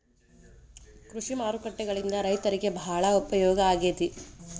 ಕೃಷಿ ಮಾರುಕಟ್ಟೆಗಳಿಂದ ರೈತರಿಗೆ ಬಾಳ ಉಪಯೋಗ ಆಗೆತಿ